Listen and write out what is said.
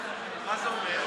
מה זה אומר?